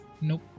Nope